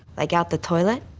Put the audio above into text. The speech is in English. like, out the toilet?